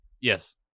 Yes